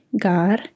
gar